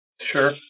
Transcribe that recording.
Sure